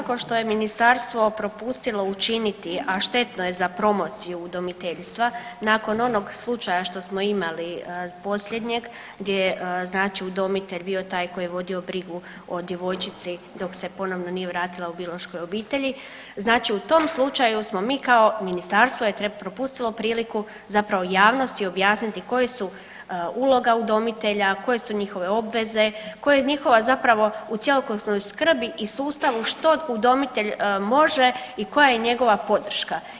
Ma ono svakako što je ministarstvo propustilo učiniti, a štetno je za promociju udomiteljstva nakon onog slučaja što smo imali posljednjeg gdje je znači udomitelj bio taj koji je vodio brigu o djevojčici dok se ponovno nije vratila biološkoj obitelji, znači u tom slučaju smo mi kao ministarstvo je propustilo priliku zapravo javnosti objasniti koja je uloga udomitelja, koje su njihove obveze, koja je njihova zapravo u cjelokupnoj skrbi i sustavu što udomitelj može i koja je njegova podrška.